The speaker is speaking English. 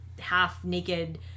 half-naked